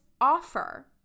offer